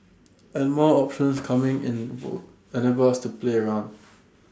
and more options coming in would enable us to play around